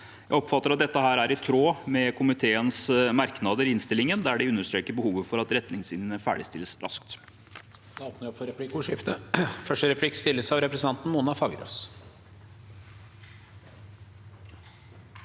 Jeg oppfatter at dette er i tråd med komiteens merknader i innstillingen, der de understreker behovet for at retningslinjene ferdigstilles raskt.